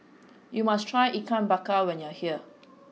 you must try ikan bakar when you are here